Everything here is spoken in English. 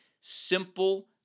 Simple